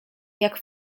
jak